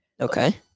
Okay